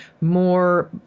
more